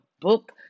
book